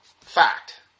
Fact